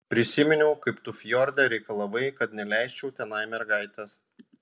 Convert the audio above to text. prisiminiau kaip tu fjorde reikalavai kad neleisčiau tenai mergaitės